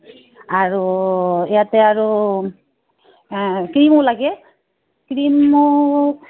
আৰু ইয়াতে আৰু ক্ৰীমো লাগে ক্ৰীমো